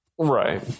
Right